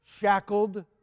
shackled